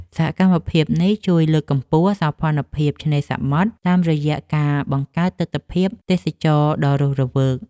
សកម្មភាពនេះជួយលើកកម្ពស់ សោភ័ណភាពឆ្នេរសមុទ្រ តាមរយៈការបង្កើតទិដ្ឋភាពទេសចរណ៍ដ៏រស់រវើក។